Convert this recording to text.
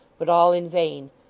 but all in vain.